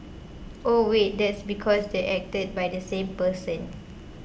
oh wait that's because they acted by the same person